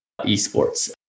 esports